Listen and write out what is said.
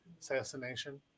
assassination